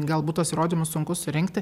galbūt tuos įrodymus sunku surinkti